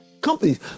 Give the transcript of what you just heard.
companies